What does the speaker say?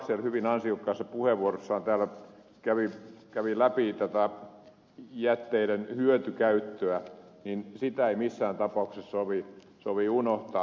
laxell hyvin ansiokkaassa puheenvuorossaan täällä kävi läpi tätä jätteiden hyötykäyttöä ja sitä ei missään tapauksessa sovi unohtaa